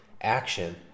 action